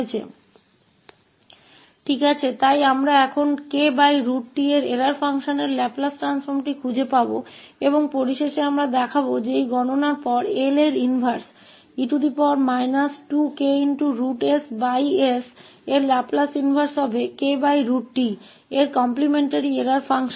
खैर तो अब हम kt के एरर फंक्शन का लैपलेस ट्रांसफॉर्म पाएंगे और अंत में हम दिखाएंगे कि इस गणना के बाद L इसका उलटा है e 2kss का लैपलेस व्युत्क्रम एरर फंक्शन होगा kt का कॉम्प्लिमेंट्री एरर फंक्शन